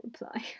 reply